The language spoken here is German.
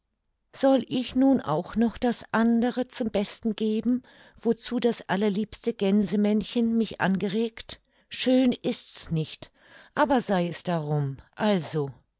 soll ich nun auch noch das andere zum besten geben wozu das allerliebste gänsemännchen mich angeregt schön ist's nicht aber es sei darum also